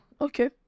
Okay